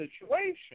situation